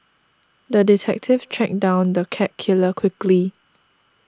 the detective tracked down the cat killer quickly